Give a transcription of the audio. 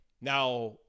Now